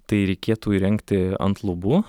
tai reikėtų įrengti ant lubų